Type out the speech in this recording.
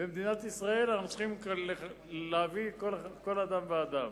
במדינת ישראל, אנחנו צריכים להביא כל אדם ואדם.